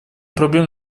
проблем